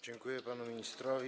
Dziękuję panu ministrowi.